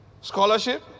Scholarship